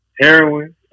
heroin